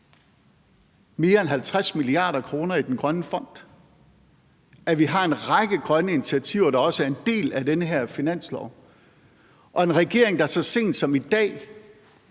mere end 50 mia. kr. i den grønne fond, og at vi også har en række grønne initiativer, der er en del af den her finanslov. Og vi er en regering, der så sent som i dag